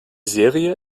serie